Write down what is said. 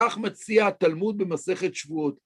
‫כך מציע התלמוד במסכת שבועות.